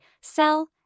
sell